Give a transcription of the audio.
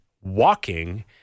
walking